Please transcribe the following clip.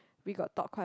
we got talk quite a